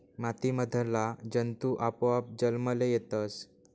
माती मधला जंतु आपोआप जन्मले येतस